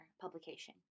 Publication